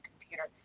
computer